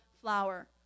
flower